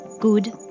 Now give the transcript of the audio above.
good.